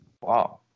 Wow